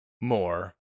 more